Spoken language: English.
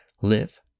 live